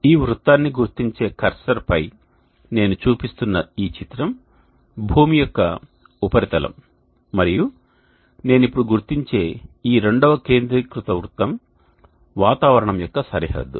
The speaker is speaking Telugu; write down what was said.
ఈ వృత్తాన్ని గుర్తించే కర్సర్పై నేను చూపిస్తున్న ఈ చిత్రం భూమి యొక్క ఉపరితలం మరియు నేను ఇప్పుడు గుర్తించే ఈ రెండవ కేంద్రీకృత వృత్తం వాతావరణం యొక్క సరిహద్దు